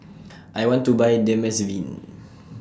I want to Buy